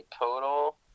total